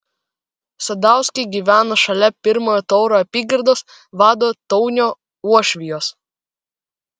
sadauskai gyveno šalia pirmojo tauro apygardos vado taunio uošvijos